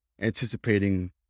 anticipating